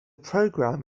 program